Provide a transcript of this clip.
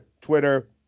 Twitter